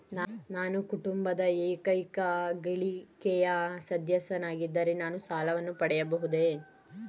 ನಾನು ಕುಟುಂಬದ ಏಕೈಕ ಗಳಿಕೆಯ ಸದಸ್ಯನಾಗಿದ್ದರೆ ನಾನು ಸಾಲವನ್ನು ಪಡೆಯಬಹುದೇ?